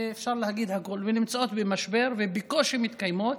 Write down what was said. ואפשר להגיד הכול, ונמצאות במשבר ובקושי מתקיימות,